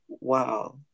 wow